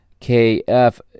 KF